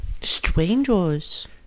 Strangers